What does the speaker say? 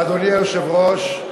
אדוני היושב-ראש,